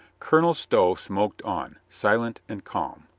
colonel stow smoked on, silent and calm.